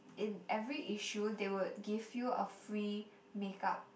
in every issue they would give you a free make up